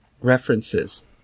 references